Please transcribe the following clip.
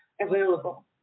available